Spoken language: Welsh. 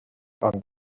ond